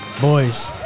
Boys